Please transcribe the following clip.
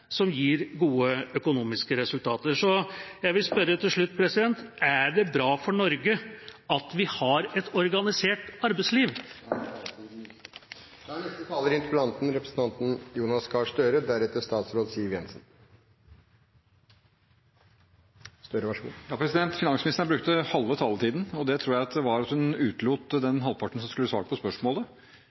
som gir gode økonomiske resultater. Jeg vil spørre til slutt: Er det bra for Norge at vi har et organisert arbeidsliv? Finansministeren brukte halve taletiden. Jeg tror hun utelot den halvparten der hun skulle svart på spørsmålet. Vi har fått en grei debatt om økonomisk politikk og næringspolitikk. Det er interessant, og det er mye å være enig i der, men det var altså ikke svar på